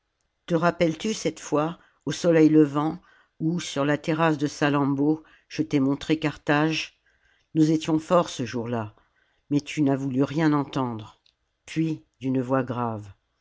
te rappelles-tu cette fois au soleil levant oij sur la terrasse de salammbô je t'ai montré carthage nous étions forts ce jour-là mais tu n'as voulu rien entendre puis d'une voix grave